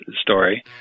story